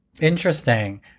interesting